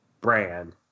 brand